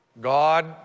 God